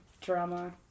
drama